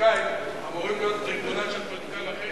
שפוליטיקאים אמורים להיות טריבונל של פוליטיקאים אחרים.